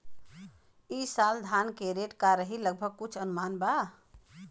ई साल धान के रेट का रही लगभग कुछ अनुमान बा?